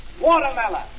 Watermelon